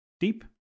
deep